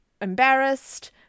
embarrassed